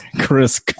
chris